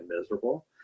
miserable